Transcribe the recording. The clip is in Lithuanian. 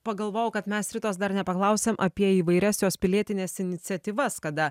pagalvojau kad mes ritos dar nepaklausėm apie įvairias jos pilietines iniciatyvas kada